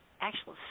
actual